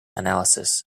analysis